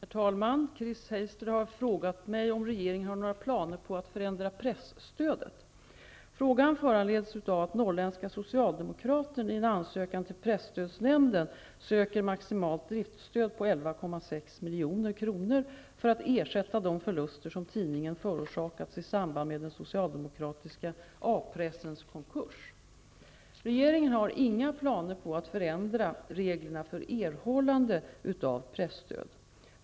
Herr talman! Chris Heister har frågat mig om regeringen har några planer på att förändra presstödet. Frågan föranleds av att Norrländska milj.kr. för att ersätta de förluster som tidningen förorsakats i samband med den socialdemokratiska Regeringen har inga planer på att förändra reglerna för erhållande av presstöd.